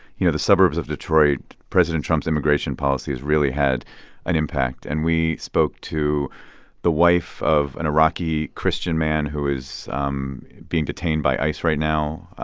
you know, the suburbs of detroit, president trump's immigration policy has really had an impact. and we spoke to the wife of an iraqi, christian man who is um being detained by ice right now.